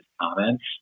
comments